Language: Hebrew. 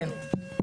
כן?